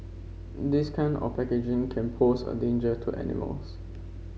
this kind of packaging can pose a danger to animals